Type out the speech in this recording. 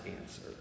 answer